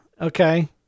Okay